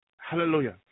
Hallelujah